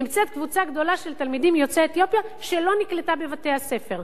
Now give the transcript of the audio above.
ונמצאת קבוצה גדולה של תלמידים יוצאי אתיופיה שלא נקלטה בבתי-הספר.